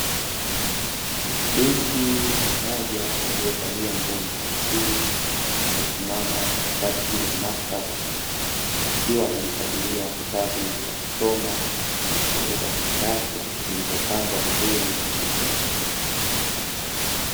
Binti mmoja aliyevalia nguo nyeusi amesimama katikati ya maktaba, akiwa anajichagulia kitabu cha kusoma kutoka kwenye rafu zilizopangwa vizuri vitabu hivi.